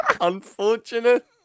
Unfortunate